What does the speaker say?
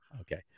Okay